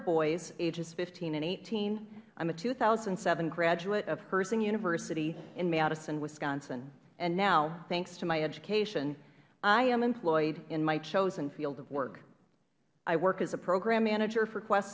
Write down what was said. boys ages fifteen and eighteen i am a two thousand and seven graduate of herzing university in madison wisconsin and now thanks to my education i am employed in my chosen field of work i work as a program manager for quest